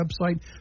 website